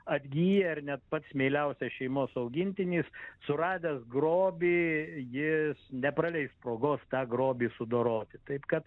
atgyja ir net pats mieliausias šeimos augintinis suradęs grobį jis nepraleis progos tą grobį sudoroti taip kad